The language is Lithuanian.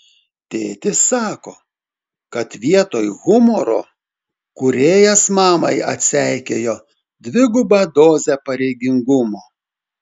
tėtis sako kad vietoj humoro kūrėjas mamai atseikėjo dvigubą dozę pareigingumo